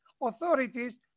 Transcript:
authorities